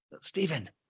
Stephen